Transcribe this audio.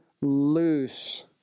loose